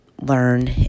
learn